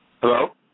Hello